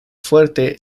fuerte